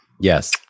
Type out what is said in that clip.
yes